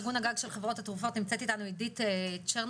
ארגון הגג של חברות התרופות - עידית צ'רנוביץ,